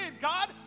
God